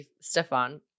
Stefan